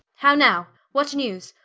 how now? what newes?